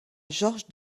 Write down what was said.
georges